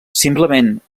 simplement